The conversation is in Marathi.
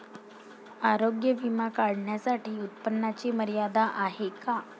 आरोग्य विमा काढण्यासाठी उत्पन्नाची मर्यादा आहे का?